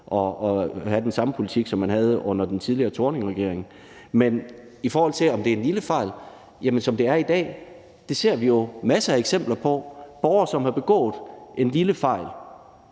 og have den samme politik, som man havde under den tidligere Thorningregering. Men i forhold til om der er tale om en lille fejl, vil jeg sige, at som det er i dag, ser vi jo masser af eksempler med borgere, som har begået en lille fejl.